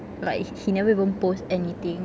like he he never even post anything